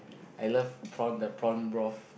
I love prawn the prawn broth